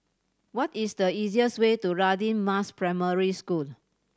what is the easiest way to Radin Mas Primary School